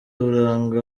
uburanga